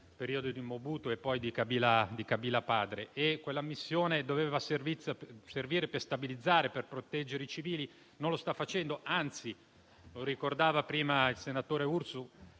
periodo di Mobuto e poi di Kabila padre. Quella missione doveva servire per stabilizzare e proteggere i civili, ma non lo sta facendo e anzi, come ricordava in precedenza il senatore Urso,